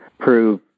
prove